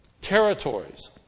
territories